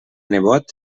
nebot